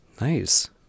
Nice